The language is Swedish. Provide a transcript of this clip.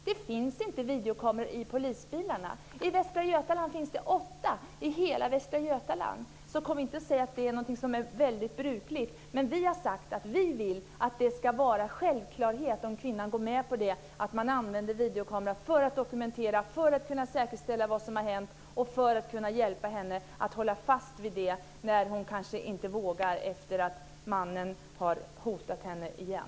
Det finns inte videokameror i polisbilarna - i hela Västra Götaland finns det åtta - så kom inte och säg att videokameror är något som är väldigt brukligt. Men vi har sagt att vi vill att det ska vara en självklarhet, om kvinnan går med på det, att använda videokameran för att dokumentera, för att kunna säkerställa vad som har hänt och för att kunna hjälpa henne att hålla fast vid vad som har hänt när hon kanske inte vågar göra det efter att mannen har hotat henne igen.